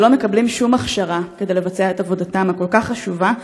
ולא מקבלים שום הכשרה כדי לעשות את עבודתם הכל-כך חשובה,